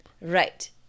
Right